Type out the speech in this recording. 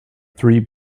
three